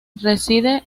reside